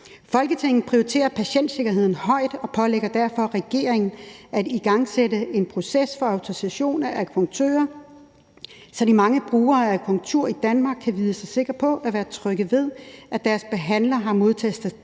»Folketinget prioriterer patientsikkerhed højt og pålægger derfor regeringen at igangsætte en proces for autorisation af akupunktører, så de mange brugere af akupunktur i Danmark kan vide sig sikker på og være trygge ved, at deres behandler har modtaget